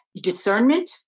discernment